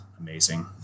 Amazing